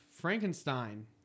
Frankenstein